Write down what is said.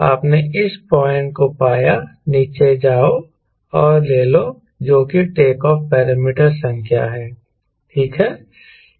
आपने इस पॉइंट को पाया नीचे आओ और लेलो जो कि टेक ऑफ पैरामीटर संख्या है ठीक है